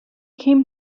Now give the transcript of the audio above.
came